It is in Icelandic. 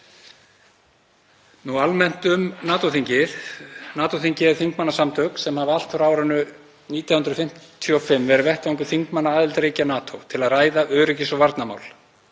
Almennt um NATO-þingið. NATO-þingið er þingmannasamtök sem hafa allt frá árinu 1955 verið vettvangur þingmanna aðildarríkja NATO til að ræða öryggis- og varnarmál.